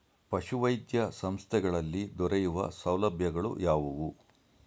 ಪಶುವೈದ್ಯ ಸಂಸ್ಥೆಗಳಲ್ಲಿ ದೊರೆಯುವ ಸೌಲಭ್ಯಗಳು ಯಾವುವು?